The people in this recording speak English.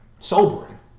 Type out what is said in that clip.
sobering